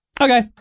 Okay